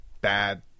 bad